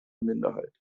minderheit